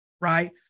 Right